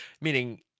Meaning